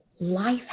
life